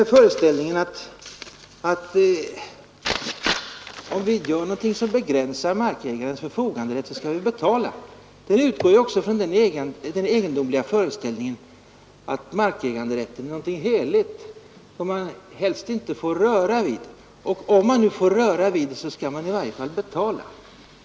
Den föreställningen, att om vi gör någonting som begränsar markägarens förfoganderätt skall vi betala, den utgår ju också från den egendomliga tanken att markäganderätten är någonting heligt som man helst inte får röra vid, och om man nu får röra vid den skall man i varje fall betala.